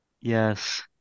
Yes